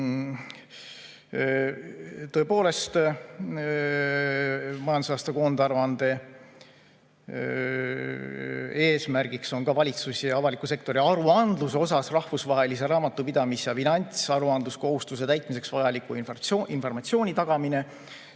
Tõepoolest, majandusaasta koondaruande eesmärk on ka valitsus- ja avaliku sektori aruandluse osas rahvusvahelise raamatupidamis- ja finantsaruandluskohustuse täitmiseks vajaliku informatsiooni tagamine.